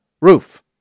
roof